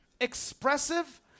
Expressive